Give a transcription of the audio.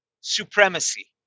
supremacy